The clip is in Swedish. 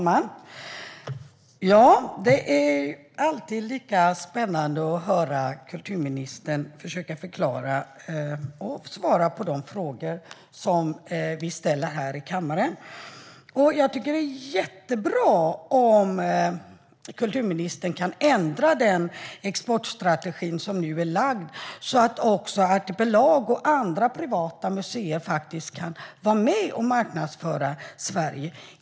Herr talman! Det är alltid lika spännande att höra kulturministern försöka förklara och svara på de frågor som vi ställer här i kammaren. Jag tycker att det är jättebra om kulturministern kan ändra den exportstrategi som nu är lagd, så att också Artipelag och andra privata museer kan vara med och marknadsföra Sverige.